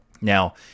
Now